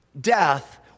death